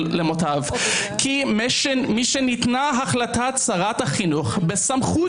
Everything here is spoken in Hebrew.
כי משניתנה החלטת שרת החינוך בסמכות,